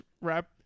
wrap